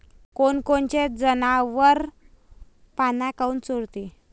कोनकोनचे जनावरं पाना काऊन चोरते?